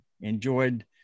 enjoyed